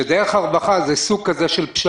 שדרך הרווחה זה מעין סוג של פשרה,